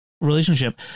relationship